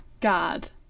Guard